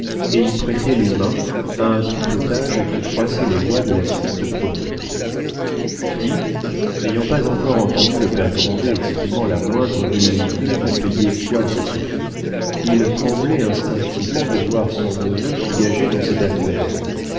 et y prêter les mains à un tripotage qui froissait les lois de la stricte probité puis n'ayant pas encore entendu le père grandet exprimant la moindre velléité de payer quoi que ce fût il tremblait instinctivement de voir son neveu engagé dans cette affaire